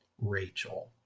rachel